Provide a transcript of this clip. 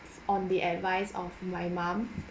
on the advice of my mum